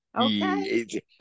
Okay